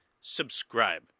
Subscribe